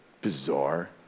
bizarre